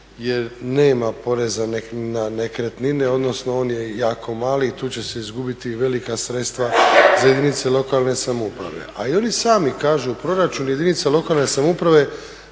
jer nema poreza na nekretnine, odnosno on je jako mali i tu će se izgubiti velika sredstva za jedinice lokalne samouprave. A i oni sami kažu u proračun jedinica lokalne samouprave